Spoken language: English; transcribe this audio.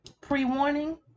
pre-warning